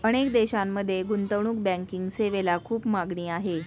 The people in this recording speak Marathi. अनेक देशांमध्ये गुंतवणूक बँकिंग सेवेला खूप मागणी आहे